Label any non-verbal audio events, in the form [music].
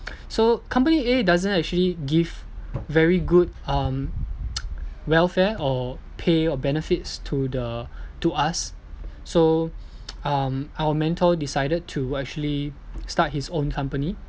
so company A doesn't actually give very good um [noise] welfare or pay or benefits to the to us so [noise] um our mentor decided to actually start his own company